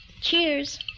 Cheers